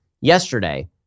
yesterday